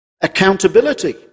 accountability